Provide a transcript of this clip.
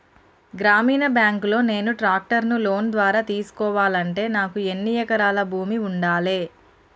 గ్రామీణ బ్యాంక్ లో నేను ట్రాక్టర్ను లోన్ ద్వారా తీసుకోవాలంటే నాకు ఎన్ని ఎకరాల భూమి ఉండాలే?